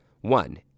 one